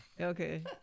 Okay